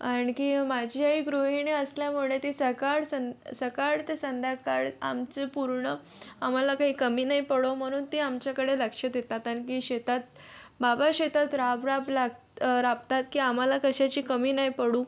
आणखी माझी आई गृहिणी असल्यामुळे ती सकाळ सं सकाळ ते संध्याकाळ आमचं पूर्ण आम्हाला काही कमी नाही पडो म्हणून ते आमच्याकडे लक्ष देतात कारण की शेतात बाबा शेतात राबराब लाग राबतात की आम्हाला कशाची कमी नाही पडू